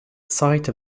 site